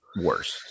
worse